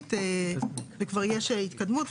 אינטנסיבית וכבר יש התקדמות.